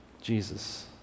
Jesus